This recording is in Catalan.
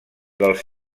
dels